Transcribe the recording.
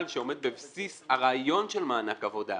שעומד בבסיס הרעיון של מענק עבודה.